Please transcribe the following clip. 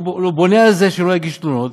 הוא בונה על זה שלא יגישו תלונות,